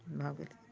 भऽ गेल